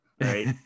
Right